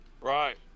Right